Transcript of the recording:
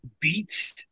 beats